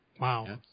Wow